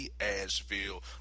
Asheville